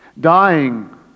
Dying